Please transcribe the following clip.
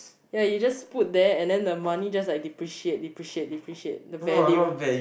ya you just put there and then money just like depreciate depreciate depreciate the value